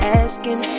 asking